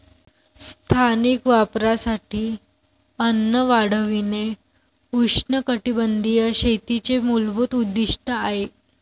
स्थानिक वापरासाठी अन्न वाढविणे उष्णकटिबंधीय शेतीचे मूलभूत उद्दीष्ट आहे